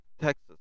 Texas